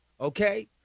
Okay